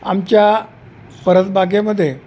आमच्या परसबागेमध्ये